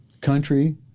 Country